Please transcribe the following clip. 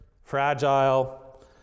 Fragile